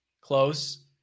Close